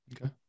Okay